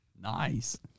Nice